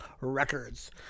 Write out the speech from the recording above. Records